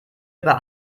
über